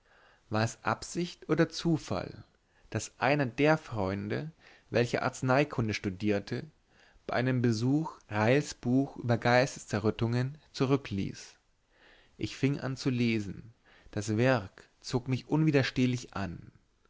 war es absicht oder zufall daß einer der freunde welcher arzneikunde studierte bei einem besuch reils buch über geisteszerrüttungen zurückließ ich fing an zu lesen das werk zog mich unwiderstehlich an